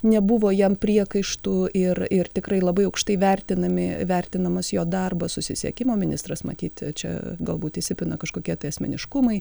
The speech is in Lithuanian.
nebuvo jam priekaištų ir ir tikrai labai aukštai vertinami vertinamas jo darbas susisiekimo ministras matyt čia galbūt įsipina kažkokie tai asmeniškumai